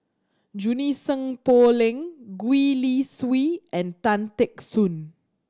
Junie Sng Poh Leng Gwee Li Sui and Tan Teck Soon